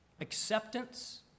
acceptance